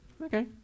Okay